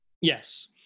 Yes